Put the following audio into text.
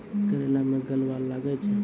करेला मैं गलवा लागे छ?